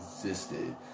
existed